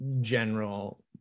general